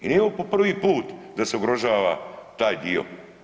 I nije ovo po prvi put da se ugrožava taj dio.